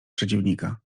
przeciwnika